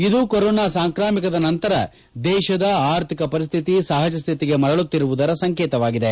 ಇದು ಕೊರೋನಾ ಸಾಂಕ್ರಾಮಿಕದ ನಂತರ ದೇಶದ ಆರ್ಥಿಕ ಪರಿಸ್ತಿತಿ ಸಹಜಸ್ತಿತಿಗೆ ಮರಳುತ್ತಿರುವುದರ ಸಂಕೇತವಾಗಿದೆ